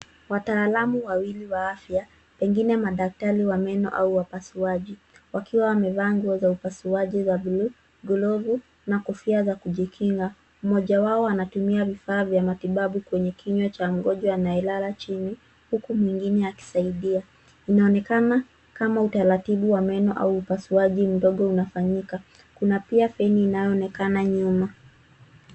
Wataalamu wawili wa afya, pengine madaktari wa meno au wapasuaji, wakiwa wamevaa nguo za upasuaji za bluu, glovu na kofia za kujikinga. Mmoja wao anatumia vifaa vya matibabu, kwenye kinywa cha mgonjwa anayelala chini, huku mwingine akisaidia. Inaonekana kama utaratibu wa meno, au upasuaji mdogo unafanyika. Kuna pia feni inayoonekana nyuma.